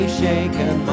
shaken